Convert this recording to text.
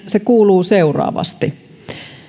se kuuluu seuraavasti